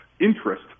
interest